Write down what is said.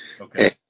Okay